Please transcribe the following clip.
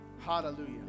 Hallelujah